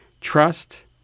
Trust